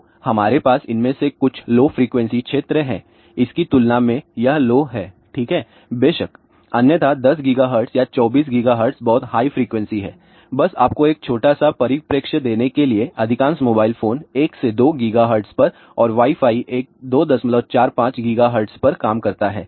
तो हमारे पास इनमें से कुछ लो फ्रिकवेंसी क्षेत्र हैं इसकी तुलना में यह लो है ठीक है बेशक अन्यथा 10 GHz या 24 GHz बहुत हाई फ्रीक्वेंसी हैं बस आपको एक छोटा सा परिप्रेक्ष्य देने के लिए अधिकांश मोबाइल फोन 1 से 2 GHz पर और वाई फाई एक 245 GHz पर काम करता है